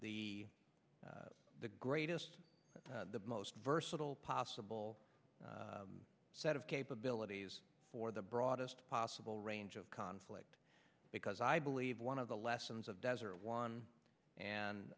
acquire the the greatest the most versatile possible set of capabilities for the broadest possible range of conflict because i believe one of the lessons of desert one and